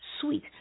sweet